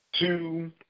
two